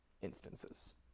instances